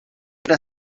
era